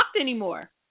anymore